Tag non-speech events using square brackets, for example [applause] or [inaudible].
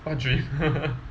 what dream [laughs]